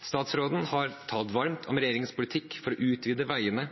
Statsråden har talt varmt om regjeringens politikk for å utvide veiene